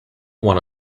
one